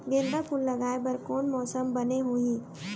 गेंदा फूल लगाए बर कोन मौसम बने होही?